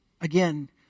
again